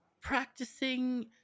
practicing